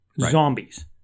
Zombies